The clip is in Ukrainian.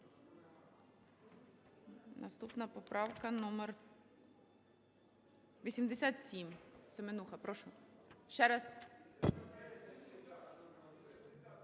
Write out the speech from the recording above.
Наступна поправка - номер 87. Семенуха, прошу. Ще раз,